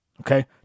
okay